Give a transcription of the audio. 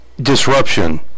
disruption